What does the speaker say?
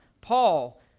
Paul